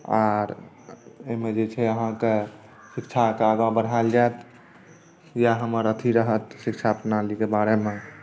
आर ओहिमे जे छै अहाँकेँ शिक्षाकेँ आगाँ बढ़ायल जायत इएह हमर अथी रहत शिक्षा प्रणालीके बारेमे